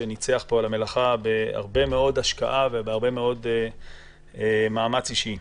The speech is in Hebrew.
שניצח פה על המלאכה בהרבה מאוד השקעה ובהרבה מאוד מאמץ אישי.